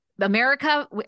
America